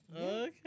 Okay